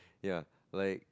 ya like